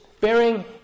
bearing